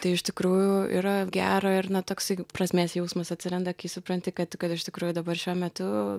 tai iš tikrųjų yra gera ir na toksai prasmės jausmas atsiranda kai supranti kad iš tikrųjų dabar šiuo metu